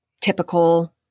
typical